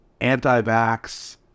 anti-vax